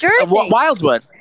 Wildwood